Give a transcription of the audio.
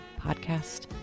podcast